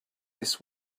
this